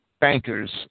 bankers